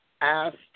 asked